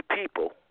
people